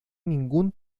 ningún